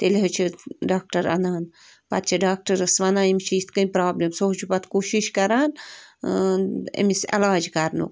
تیٚلہِ حظ چھِ ڈاکٹَر اَنان پَتہٕ چھِ ڈاکٹَرَس وَنان ییٚمِس چھِ یِتھ کَنۍ پرٛابلِم سُہ حظ چھُ پَتہٕ کوٗشِش کَران أمِس علاج کَرنُک